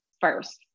first